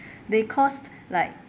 they cost like